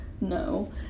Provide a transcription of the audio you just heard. no